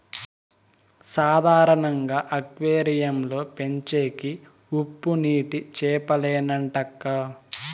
సాధారణంగా అక్వేరియం లో పెంచేవి ఉప్పునీటి చేపలేనంటక్కా